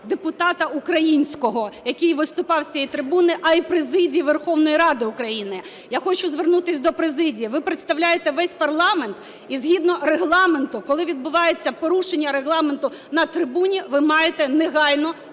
депутата українського, який виступав з цієї трибуни, а й президії Верховної Ради України. Я хочу звернутися до президії. Ви представляєте весь парламент, і згідно Регламенту, коли відбувається порушення Регламенту на трибуні, ви маєте негайно